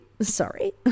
sorry